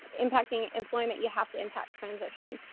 impacting employment, you have to impact transition.